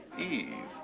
Eve